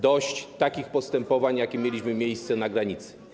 Dość takich postępowań, jakie miały miejsce na granicy.